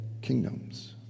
kingdoms